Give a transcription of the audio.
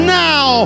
now